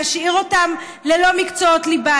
להשאיר אותם ללא מקצועות ליבה,